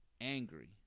angry